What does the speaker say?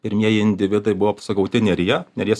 pirmieji individai buvo sugauti neryje neries